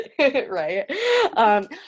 right